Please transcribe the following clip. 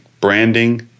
Branding